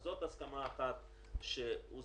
זאת הסכמה אחת שהושגה,